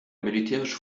militärische